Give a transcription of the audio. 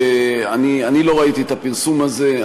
אני לא ראיתי את הפרסום הזה,